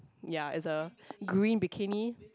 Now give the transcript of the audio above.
ya is a green bikini